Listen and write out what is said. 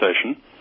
Station